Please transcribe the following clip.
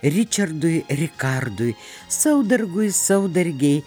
ričardui rikardui saudargui saudargei